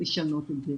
לשנות את זה.